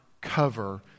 cover